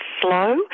slow